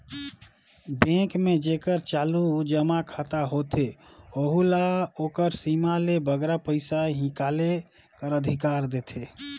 bank में जेकर चालू जमा खाता होथे ओहू ल ओकर सीमा ले बगरा पइसा हिंकाले कर अधिकार देथे